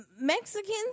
Mexicans